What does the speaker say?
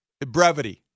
Brevity